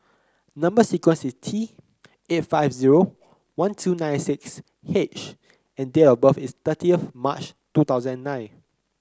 number sequence is T eight five zero one two nine six H and date of birth is thirty March two thousand and nine